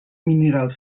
mineral